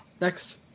Next